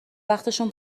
وقتشون